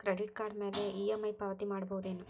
Credit card ಮ್ಯಾಲೆ EMI ಪಾವತಿ ಮಾಡ್ಬಹುದೇನು?